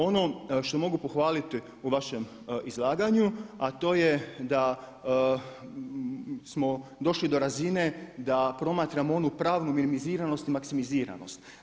Ono što mogu pohvaliti u vašem izlaganju a to je da smo došli do razine da promatramo onu pravnu minimiziranost i maksimiziranost.